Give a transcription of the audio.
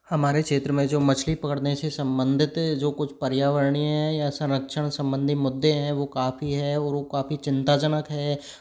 हमारे क्षेत्र में जो मछली पकड़ने से संबंधित जो कुछ पर्यावरणीय है या संरक्षण संबंधी मुद्दे हैं वो काफ़ी हैं और वो काफ़ी चिंताजनक हैं